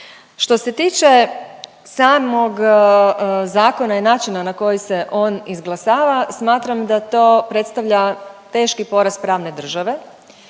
Što se tiče samog zakona i načina na koji se on izglasava, smatram da to predstavlja teški poraz pravne države.